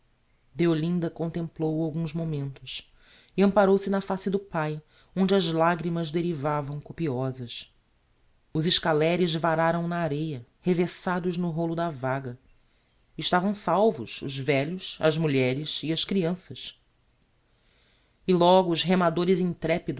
velhos deolinda contemplou-o alguns momentos e amparou se na face do pai onde as lagrimas derivavam copiosas os escaleres vararam na areia revessados no rolo da vaga estavam salvos os velhos as mulheres e as crianças e logo os remadores